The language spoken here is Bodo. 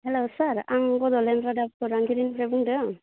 हेल्ल' सार आं बड'लेण्ड रादाब खौरांगिरि बुंदों